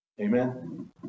Amen